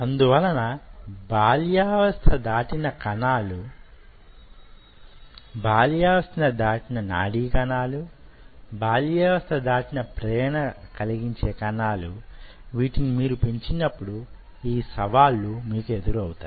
అందువలన బాల్యావస్థ దాటిన కణాలు బాల్యావస్థ దాటిన నాడీ కణాలు బాల్యావస్థ దాటిన ప్రేరణ కలిగించే కణాలు వీటిని మీరు పెంచినప్పుడు ఈ సవాళ్లు మీకు ఎదురవుతాయి